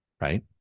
right